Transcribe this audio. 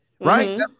right